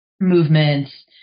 movements